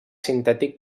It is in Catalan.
sintètic